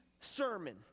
sermon